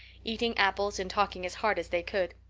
eating apples and talking as hard as they could.